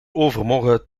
overmorgen